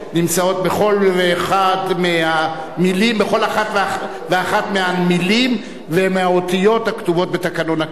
בכל אחת ואחת מהמלים ומהאותיות הכתובות בתקנון הכנסת.